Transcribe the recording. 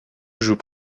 joue